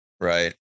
Right